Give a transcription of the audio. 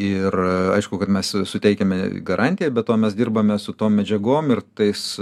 ir aišku kad mes suteikiame garantiją be to mes dirbame su tom medžiagom ir tais